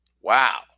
Wow